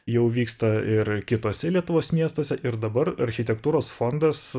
jau vyksta ir kituose lietuvos miestuose ir dabar architektūros fondas